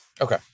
Okay